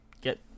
get